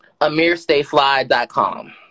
AmirStayFly.com